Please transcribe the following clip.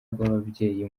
rw’ababyeyi